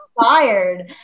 fired